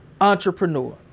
entrepreneur